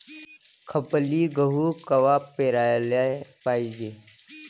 खपली गहू कवा पेराले पायजे?